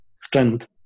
strength